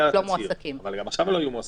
אבל גם עכשיו הם לא יהיו מועסקים.